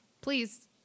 please